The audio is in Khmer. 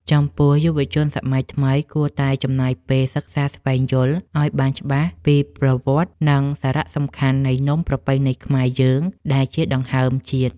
ចំពោះយុវជនសម័យថ្មីគួរតែចំណាយពេលសិក្សាស្វែងយល់ឱ្យបានច្បាស់ពីប្រវត្តិ និង សារៈសំខាន់នៃនំប្រពៃណីខ្មែរយើងដែលជាដង្ហើមជាតិ។